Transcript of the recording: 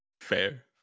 Fair